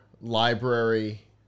library